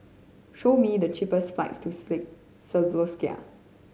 show me the cheapest flights to